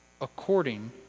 according